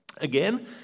Again